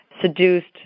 seduced